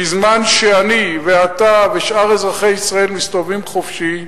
בזמן שאני ואתה ושאר אזרחי ישראל מסתובבים חופשי,